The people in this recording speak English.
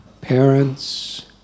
parents